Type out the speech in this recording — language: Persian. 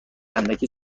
اندکی